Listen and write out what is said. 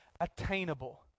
attainable